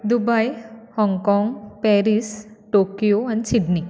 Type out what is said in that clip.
Dubai Hong Kong Paris Tokyo आनी Sydney